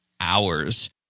hours